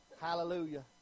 Hallelujah